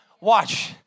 Watch